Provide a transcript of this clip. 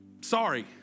sorry